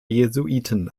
jesuiten